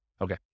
Okay